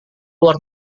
luar